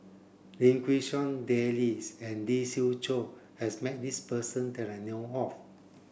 Lim Quee Hong Daisy and Lee Siew Choh has met this person that I know of